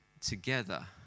together